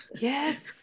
Yes